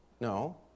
No